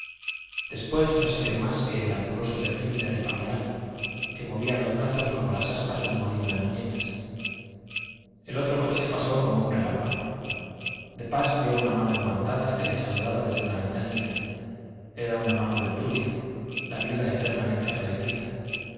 después no se vio más que el anguloso perfil de ripamilán que movía los brazos como las aspas de un molino de muñecas el otro coche pasó como un relámpago de pas vio una mano enguantada que le saludaba desde una ventanilla era una mano de obdulia la viuda eternamente agradecida